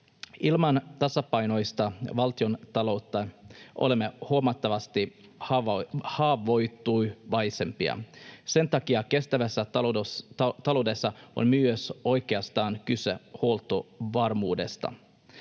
Ilman tasapainoista valtiontaloutta olemme huomattavasti haavoittuvaisempia. Sen takia kestävässä taloudessa on myös oi-keastaan kyse huoltovarmuudesta.